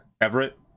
Everett